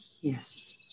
Yes